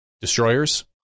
Destroyers